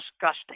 disgusting